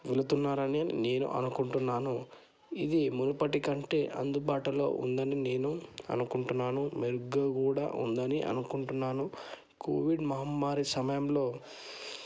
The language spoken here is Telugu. వెలుతున్నారని నేను అనుకుంటున్నాను ఇది మునిపటికంటే అందుబాటులో ఉందని నేను అనుకుంటున్నాను మెరుగ్గా కూడా ఉందని అనుకుంటున్నాను కోవిడ్ మహమ్మారి సమయంలో